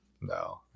no